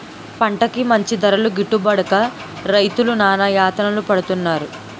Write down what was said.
పంటకి మంచి ధరలు గిట్టుబడక రైతులు నానాయాతనలు పడుతున్నారు